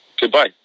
goodbye